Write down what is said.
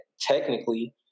technically